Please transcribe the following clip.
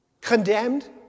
condemned